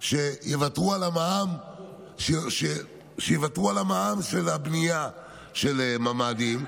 שבה יוותרו על המע"מ של הבנייה של ממ"דים,